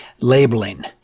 labeling